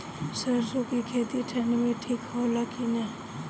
सरसो के खेती ठंडी में ठिक होला कि ना?